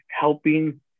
helping